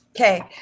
Okay